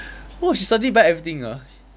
oh she suddenly buy everything ah